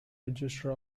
register